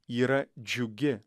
yra džiugi